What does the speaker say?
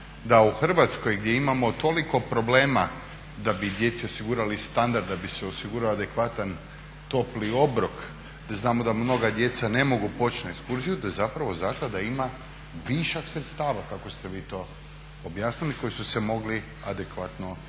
da u Hrvatskoj gdje imamo toliko problema da bi djeci osigurali standard, da bi se osigurao adekvatan topli obrok. Znamo da mnoga djeca ne mogu poći na ekskurziju, da zapravo zaklada ima višak sredstava kako ste vi to objasnili koji su se mogli adekvatno utrošiti.